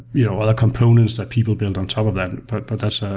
you know other components that people build on top of that, but but that's ah